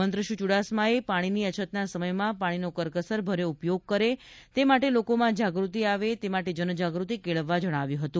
મંત્રીશ્રી ચુડાસમાએ પાણીની અછતના સમયમાં પાણીનો કરકસર ભર્યો ઉપયોગ કરે તે માટે લોકોમાં જાગૃતિ આવે તે માટે જન જાગૃતિઃ કેળવવા જણાવ્યું હતું